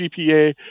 GPA